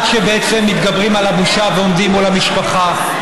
עד שבעצם מתגברים על הבושה ועומדים מול המשפחה,